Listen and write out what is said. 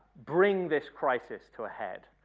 bring this crisis to a head.